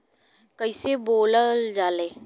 कईसे बोवल जाले?